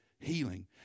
Healing